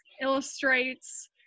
illustrates